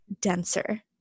denser